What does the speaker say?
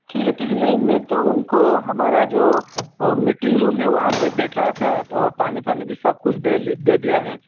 ठीक है ठीक है नहीं मैं तो उनको हमारा जो मीटिंग रूम है वहाँ पर बिठाया था पानी वानी भी सब कुछ दे ली दे दिया है